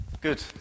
Good